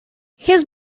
his